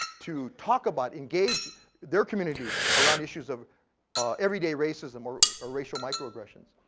to talk about engage their community around issues of every day racism or or racial microaggressions.